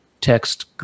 text